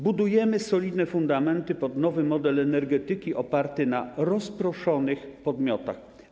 Budujemy solidne fundamenty pod nowy model energetyki oparty na rozproszonych podmiotach.